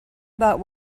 about